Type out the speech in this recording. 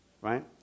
right